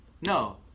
No